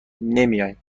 نمیایم